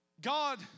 God